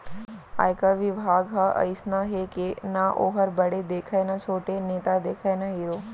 आयकर बिभाग ह अइसना हे के ना वोहर बड़े देखय न छोटे, नेता देखय न हीरो